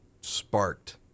sparked